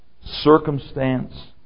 circumstance